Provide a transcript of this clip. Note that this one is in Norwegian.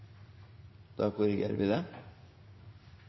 Da korrigerer vi det.